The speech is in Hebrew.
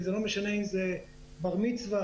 ולא משנה אם זה בר מצווה,